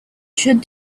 should